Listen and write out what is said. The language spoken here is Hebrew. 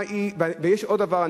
ויש עוד דבר.